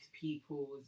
people's